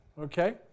Okay